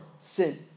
sin